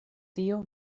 tio